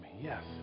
Yes